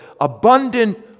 abundant